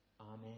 Amen